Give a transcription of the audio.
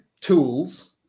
tools